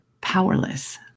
powerless